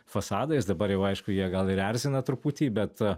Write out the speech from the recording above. fasadais dabar jau aišku jie gal ir erzina truputį bet